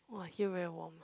!wah! here very warm